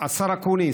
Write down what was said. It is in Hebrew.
שניות.